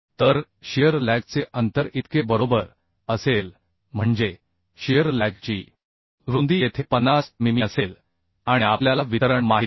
तर शिअर लॅगचे अंतर इतके बरोबर असेल म्हणजे शिअर लॅगची रुंदी येथे 50 मिमी असेल आणि आपल्याला वितरण माहित नाही